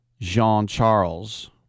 Jean-Charles